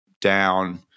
down